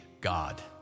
God